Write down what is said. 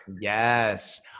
Yes